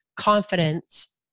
confidence